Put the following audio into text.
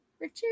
Richard